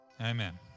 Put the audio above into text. Amen